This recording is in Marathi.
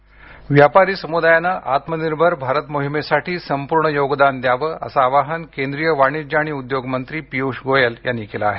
आत्मनिर्भर भारत व्यापारी समुदायाने आत्मनिर्भर भारत मोहिमेसाठी संपूर्ण योगदान द्यावं असं आवाहन केंद्रीय वाणिज्य आणि उद्योग मंत्रा पियुष गोयल यांनी केलं आहे